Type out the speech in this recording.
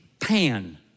Pan